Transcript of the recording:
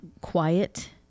quiet